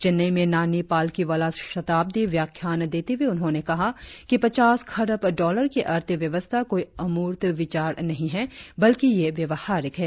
चेन्नई में नानी पालकीवाला शताब्दी व्याख्यान देते हुए उन्होंने कहा कि पचास खरब डॉलर की अर्थव्यवस्था कोई अमूर्त विचार नहीं है बल्कि यह व्यावहारिक है